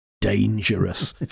dangerous